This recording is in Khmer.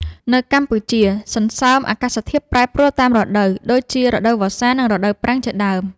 នៅកម្ពុជា សំណើមអាកាសធាតុប្រែប្រួលតាមរដូវ ដូចជារដូវវស្សានិងរដូវប្រាំងជាដើម។